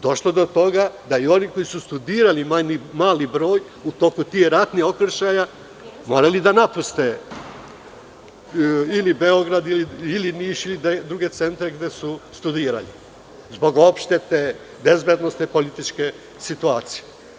Došlo je do toga da i oni koji su studirali, mali broj u toku tih ratnih okršaja, morali da napuste ili Beograd, ili Niš, ili druge centre gde su studirali, zbog odštete, bezbednosne političke situacije.